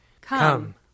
Come